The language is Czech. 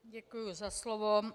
Děkuji za slovo.